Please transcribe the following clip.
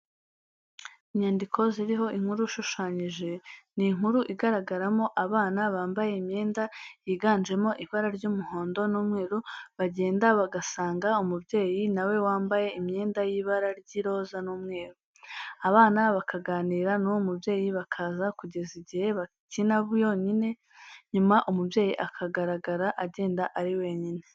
Inyandiko ziriho inkuru ishushanyije, ni inkuru igaragaramo abana bambaye imyenda yiganjemo ibara ry'umuhondo n'umweru bagenda bagasanga umubyeyi nawe wambaye imyenda y'ibara ry'iroza n'umweru. Abana bakaganira n'uwo mubyeyi, bakaza kugeza igihe bakina bonyine, nyuma umubyeyi akagaragara agenda ari wenyine.